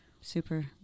super